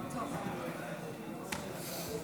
כנסת נכבדה,